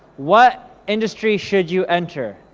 what industry should you enter?